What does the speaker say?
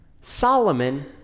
Solomon